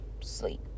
sleep